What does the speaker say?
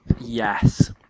yes